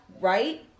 Right